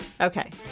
Okay